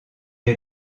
est